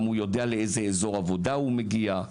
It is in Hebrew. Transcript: הוא גם יודע לאיזה אזור עבודה הוא מגיע.